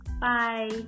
Bye